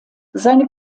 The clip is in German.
seine